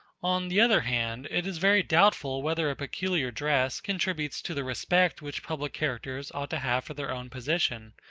on the other hand, it is very doubtful whether a peculiar dress contributes to the respect which public characters ought to have for their own position,